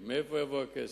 כספים, מאיפה יבוא הכסף.